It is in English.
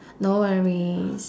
no worries